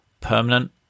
permanent